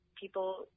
people